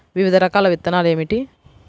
వివిధ రకాల విత్తనాలు ఏమిటి?